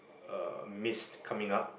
uh mist coming up